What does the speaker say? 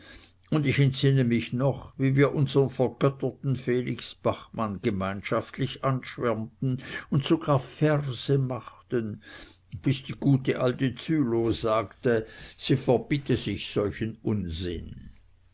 und ich entsinne mich noch wie wir unsern vergötterten felix bachmann gemeinschaftlich anschwärmten und sogar verse machten bis die gute alte zülow sagte sie verbäte sich solchen unsinn